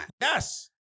Yes